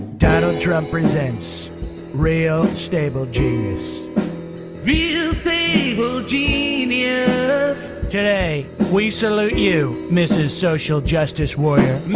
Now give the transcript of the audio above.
donnaught represents real stable jesus feel stable genius today we salute you mrs. social justice warrior